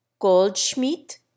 Goldschmidt